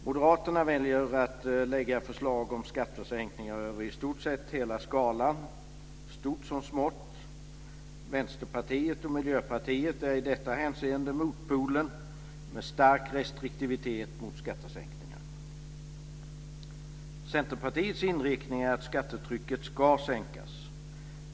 Moderaterna väljer att lägga fram förslag om skattesänkningar över i stort sett hela skalan; det gäller stort som smått. Vänsterpartiet och Miljöpartiet är i detta hänseende motpolen med en stark restriktivitet mot skattesänkningar. Centerpartiets inriktning är att skattetrycket ska sänkas.